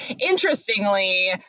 Interestingly